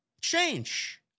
Change